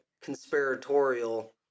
conspiratorial